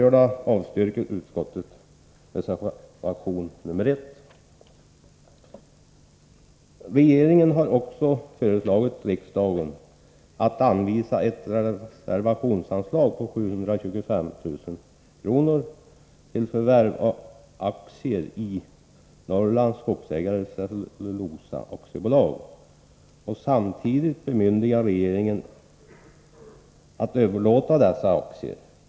Regeringen har också föreslagit riksdagen att anvisa ett reservationsanslag på 725 000 kr. till förvärv av aktier i Norrlands Skogsägares Cellulosa AB och samtidigt bemyndiga regeringen att överlåta dessa aktier.